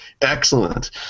Excellent